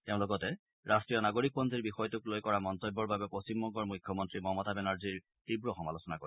তেওঁ লগতে ৰাষ্ট্ৰীয় নাগৰিকপঞ্জীৰ বিষয়টোক লৈ কৰা মন্তব্যৰ বাবে পশ্চিমবংগৰ মৃখ্যমন্তী মমতা বেনাৰ্জীৰ তীৱ সমালোচনা কৰে